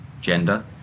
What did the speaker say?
gender